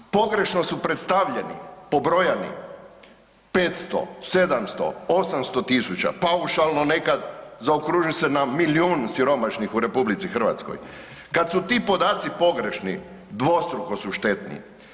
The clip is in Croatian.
Pogrešno su predstavljeni, pobrojani, 500, 700, 800 000, paušalno nekad zaokruži se na milijun siromašnih u RH. kad su ti podaci pogrešni, dvostruko su štetni.